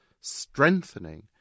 strengthening